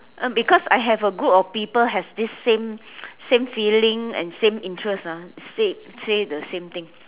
uh because I have a group of people has this same same feeling and same interest ah say say the same thing